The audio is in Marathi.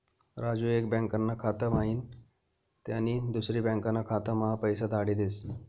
राजू एक बँकाना खाता म्हाईन त्यानी दुसरी बँकाना खाताम्हा पैसा धाडी देस